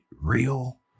real